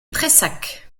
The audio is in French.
prayssac